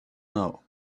know